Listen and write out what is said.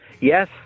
Yes